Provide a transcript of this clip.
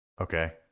Okay